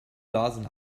lasen